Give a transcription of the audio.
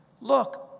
look